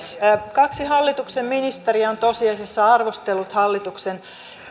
kaksi hallituksen ministeriä on tosiasiassa arvostellut hallituksen